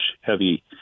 heavy